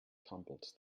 tumbles